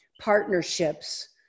partnerships